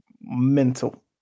Mental